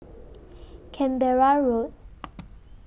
Canberra Road